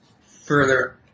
further